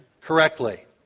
correctly